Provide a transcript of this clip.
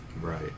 right